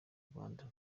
rwanda